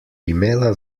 imela